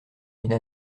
une